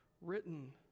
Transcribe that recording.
written